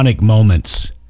moments